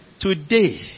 Today